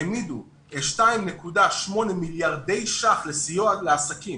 העמידה 2.8 מיליארד שקלים לסיוע לעסקים